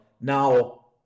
now